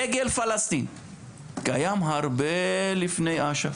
דגל פלסטין קיים הרבה לפני אש"ף.